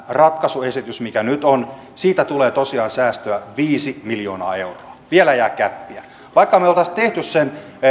ratkaisuesityksestä mikä nyt on tulee tosiaan säästöä viisi miljoonaa euroa vielä jää gäppiä vaikka me me olisimme tehneet